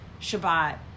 Shabbat